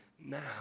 now